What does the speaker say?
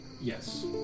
Yes